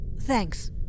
Thanks